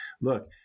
look